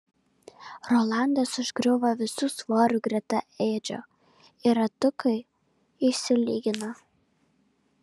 rolandas užgriuvo visu svoriu greta edžio ir ratukai išsilygino